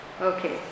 Okay